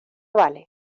vale